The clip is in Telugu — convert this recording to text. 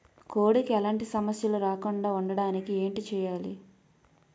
కోడి కి ఎలాంటి సమస్యలు రాకుండ ఉండడానికి ఏంటి చెయాలి?